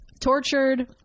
tortured